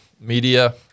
media